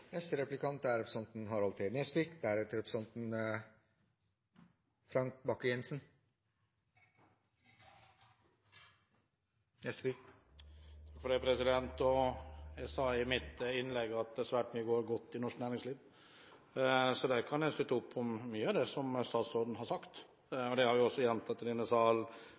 sa i mitt innlegg at svært mye går godt i norsk næringsliv, så jeg kan støtte opp om mye av det som statsråden har sagt – det har jeg også gjentatt i denne sal